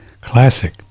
Classic